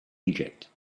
egypt